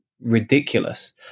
Ridiculous